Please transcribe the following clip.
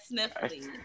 sniffly